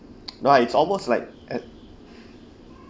no ah it's almost like at